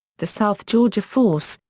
the south georgia force,